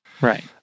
Right